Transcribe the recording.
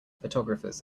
photographers